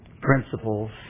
principles